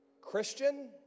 Christian